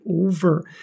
over